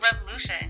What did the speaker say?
revolution